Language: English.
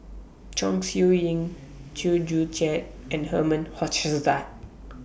Chong Siew Ying Chew Joo Chiat and Herman Hochstadt